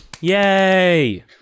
Yay